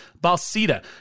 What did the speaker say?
Balsita